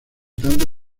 tanto